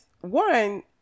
one